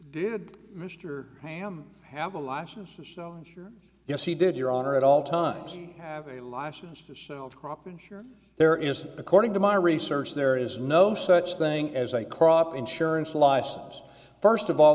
did mr ham have a license to sell insurance yes he did your honor at all times you have a license to sell crop insurance there is according to my research there is no such thing as a crop insurance license first of all